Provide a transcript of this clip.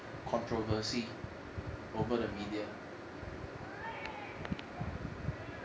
controversy over the media